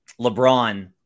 LeBron